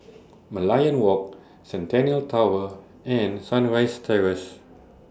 Merlion Walk Centennial Tower and Sunrise Terrace